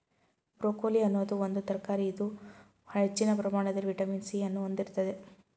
broccoli ಅನ್ನೋದು ಒಂದು ತರಕಾರಿ ಇದು ಹೆಚ್ಚಿನ ಪ್ರಮಾಣದಲ್ಲಿ ವಿಟಮಿನ್ ಸಿ ಅನ್ನು ಹೊಂದಿರ್ತದೆ